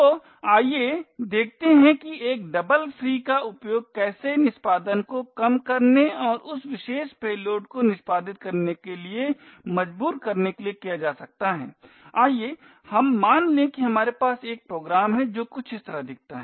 तो आइए देखते हैं कि एक डबल फ्री का उपयोग कैसे निष्पादन को कम करने और इस विशेष पेलोड को निष्पादित करने के लिए मजबूर करने के लिए किया जा सकता है आइए हम मान लें कि हमारे पास एक प्रोग्राम है जो कुछ इस तरह दिखता है